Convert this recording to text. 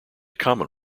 common